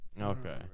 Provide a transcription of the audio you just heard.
Okay